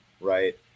right